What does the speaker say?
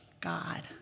God